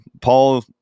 Paul